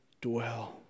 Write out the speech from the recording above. dwell